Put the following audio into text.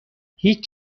هیچ